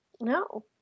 No